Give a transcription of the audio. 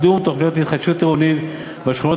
קידום תוכניות להתחדשות עירונית בשכונות